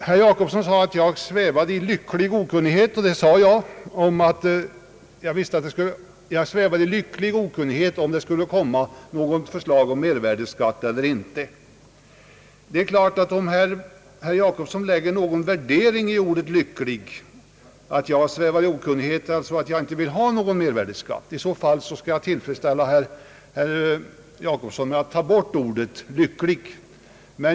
Herr Jacobsson sade att jag svävade i »lycklig» okunnighet om huruvida det skulle komma något förslag om mervärdeskatt eller inte. Det sade jag, men om herr Jacobsson lägger in någon värdering i ordet lycklig, t.ex. att det skall betyda att jag inte vill ha någon mervärdeskatt, skall jag tillfredsställa herr Jacobsson med att ta bort ordet »lycklig».